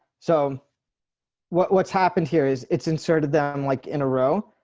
so what's happened here is it's inserted them like in a row,